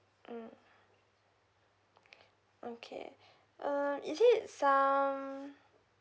mm okay uh is it some